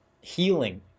healing